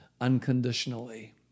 unconditionally